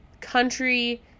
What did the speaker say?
Country